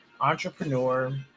entrepreneur